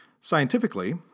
Scientifically